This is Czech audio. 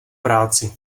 práci